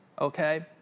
Okay